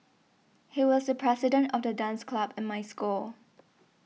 he was the president of the dance club in my school